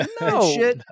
No